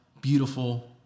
beautiful